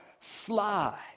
sly